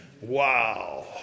Wow